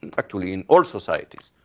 and actually in all societies.